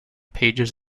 pages